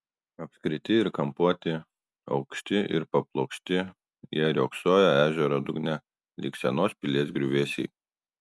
apskriti ir kampuoti aukšti ir paplokšti jie riogsojo ežero dugne lyg senos pilies griuvėsiai